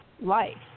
life